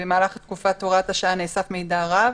במהלך תקופת הוראת השעה נאסף מידע רב